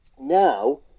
Now